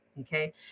Okay